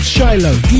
Shiloh